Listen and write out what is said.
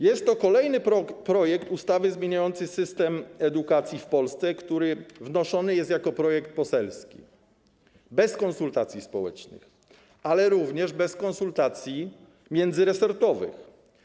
Jest to kolejny projekt ustawy zmieniający system edukacji w Polsce, który wnoszony jest jako projekt poselski, bez konsultacji społecznych, ale również bez konsultacji międzyresortowych.